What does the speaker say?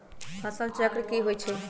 फसल चक्र की होइ छई?